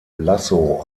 lasso